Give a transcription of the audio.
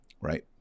Right